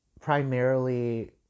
primarily